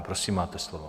Prosím, máte slovo.